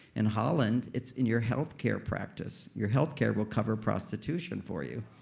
in holland, it's in your healthcare practice. your healthcare will cover prostitution for you.